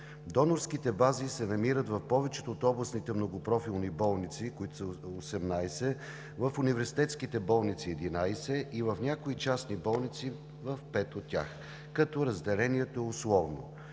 Донорските бази се намират в повечето от областните многопрофилни болници, които са 18, в университетски болници – 11, и в пет от някои частни болници, като разделението е условно.